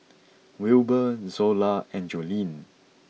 Wilber Zola and Joleen